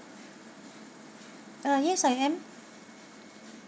uh yes I am